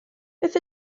beth